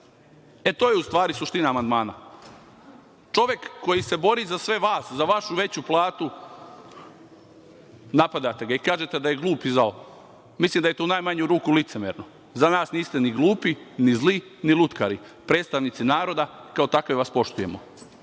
E, to je u stvari suština amandmana. Čovek koji se bori za sve vas, za vašu veću platu, napadate ga i kažete da je glup i zao. Mislim da je to u najmanju ruku licemerno. Za nas niste ni glupi, ni zli, ni lutkari, predstavnici naroda i kao takve vas poštujemo.